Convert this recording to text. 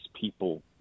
people